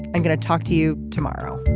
i'm going to talk to you tomorrow